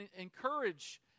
encourage